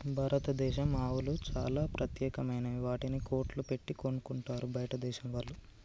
భారతదేశం ఆవులు చాలా ప్రత్యేకమైనవి వాటిని కోట్లు పెట్టి కొనుక్కుంటారు బయటదేశం వాళ్ళు